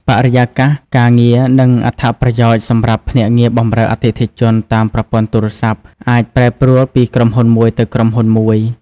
បរិយាកាសការងារ និងអត្ថប្រយោជន៍សម្រាប់ភ្នាក់ងារបម្រើអតិថិជនតាមប្រព័ន្ធទូរស័ព្ទ អាចប្រែប្រួលពីក្រុមហ៊ុនមួយទៅក្រុមហ៊ុនមួយ។